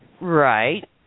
right